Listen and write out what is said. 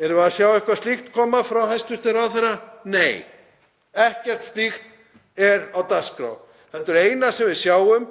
Erum við að sjá eitthvað slíkt koma frá hæstv. ráðherra? Nei, ekkert slíkt er á dagskrá heldur er það eina sem við sjáum